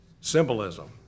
symbolism